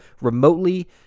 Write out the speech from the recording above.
remotely